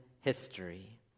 history